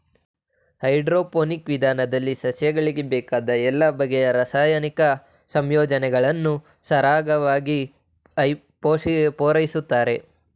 hydroponic ವಿಧಾನದಲ್ಲಿ ಸಸ್ಯಗಳಿಗೆ ಬೇಕಾದ ಎಲ್ಲ ಬಗೆಯ ರಾಸಾಯನಿಕ ಸಂಯೋಜನೆಗಳನ್ನು ಸರಾಗವಾಗಿ ಪೂರೈಸುತ್ತಾರೆ